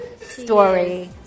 story